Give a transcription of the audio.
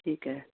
ਠੀਕ ਹੈ